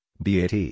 BAT